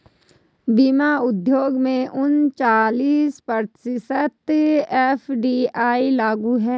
बीमा उद्योग में उनचास प्रतिशत एफ.डी.आई लागू है